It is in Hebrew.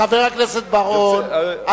חבר הכנסת בר-און,